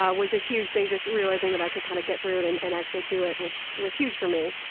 ah was a huge thing, just realizing that i could kind of get through it and and actually do it was was huge for me.